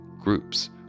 Groups